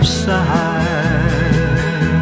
side